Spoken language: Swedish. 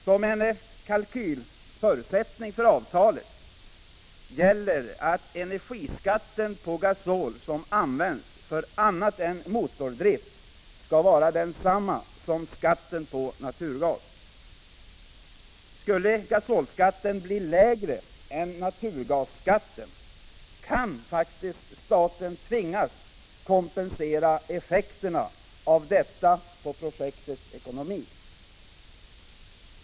Som en kalkylförutsättning för avtalet gäller att energiskatten på gasol som används för annat än motordrift skall vara densamma som skatten på naturgas. Skulle gasolskatten bli lägre än naturgasskatten, kan staten faktiskt tvingas kompensera effekterna av detta på projektets ekonomi.